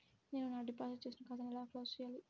నేను నా డిపాజిట్ చేసిన ఖాతాను ఎలా క్లోజ్ చేయాలి?